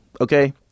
okay